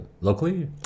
Locally